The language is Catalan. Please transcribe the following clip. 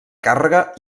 càrrega